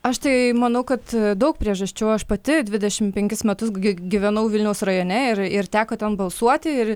aš tai manau kad daug priežasčių aš pati dvidešimt penkis metus gyvenau vilniaus rajone ir ir teko ten balsuoti ir